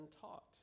taught